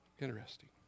Interesting